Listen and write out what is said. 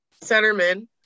centerman